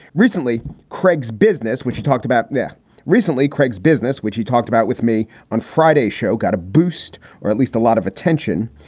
recently, craig's business, which you talked about yeah recently, craig's business, which he talked about with me on friday show, got a boost or at least a lot of attention.